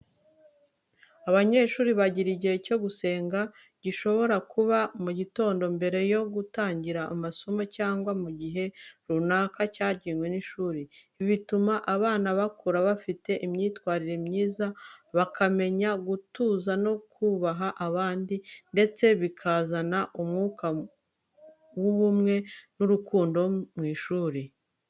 Abanyeshuri bagira igihe cyo gusenga, gishobora kuba mu gitondo mbere yo gutangira amasomo cyangwa mu gihe runaka cyagenwe n'ishuri. Ibi bituma abana bakura bafite imyitwarire myiza, bakamenya gutuza no kubaha abandi, ndetse bikazana umwuka w'ubumwe n'urukundo mu ishuri.